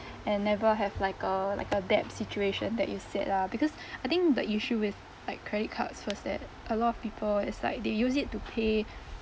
and never have like a like a debt situation that you said lah because I think the issue with like credit cards so it's that a lot of people it's like they use it to pay